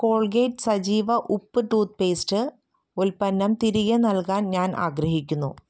Colgate സജീവ ഉപ്പ് toothpaste ഉൽപ്പന്നം തിരികെ നൽകാൻ ഞാൻ ആഗ്രഹിക്കുന്നു